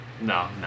no